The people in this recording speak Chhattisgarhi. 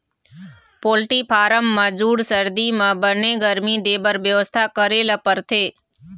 पोल्टी फारम म जूड़ सरदी म बने गरमी देबर बेवस्था करे ल परथे